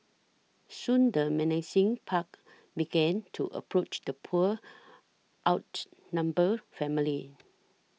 soon the menacing pack began to approach the poor outnumbered family